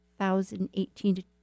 2018